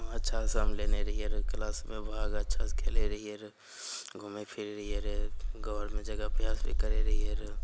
अच्छा से हम लेने रहियै रऽ क्लासमे भाग अच्छासँ खेलय रहियै रऽ घूमय फिरय रहियै रऽ घरमे जगह पर अथी करय रहियै रऽ